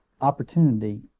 opportunity